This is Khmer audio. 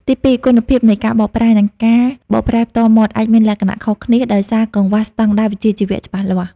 ទីពីរ គុណភាពនៃការបកប្រែ និងការបកប្រែផ្ទាល់មាត់អាចមានលក្ខណៈខុសគ្នា ដោយសារកង្វះស្តង់ដារវិជ្ជាជីវៈច្បាស់លាស់។